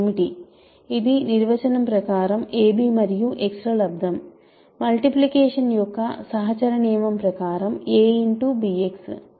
ఇది నిర్వచనం ప్రకారం ab మరియు x ల లబ్దం మల్టిప్లికేషన్ యొక్క సహచర నియమం ప్రకారం ఇది a